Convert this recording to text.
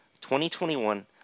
2021